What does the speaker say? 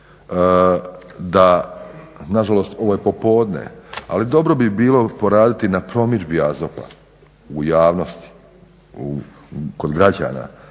da, nažalost ovo je popodne, ali dobro bi bilo poraditi na promidžbi AZOP-a u javnosti, kod građana